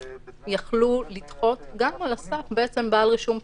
יכלו לדחות גם על הסף בעל רישום פלילי.